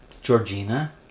Georgina